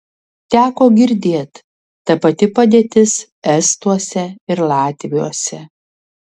teko girdėt ta pati padėtis estuose ir latviuose